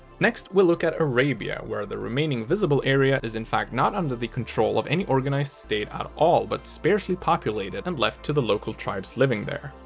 next we look at arabia, where the remaining visible area is in fact not under the control of any organized state at all, but sparsely populated and left to the local tribes living there.